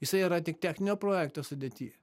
jisai yra tik techninio projekto sudėty